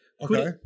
Okay